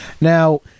Now